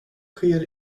sker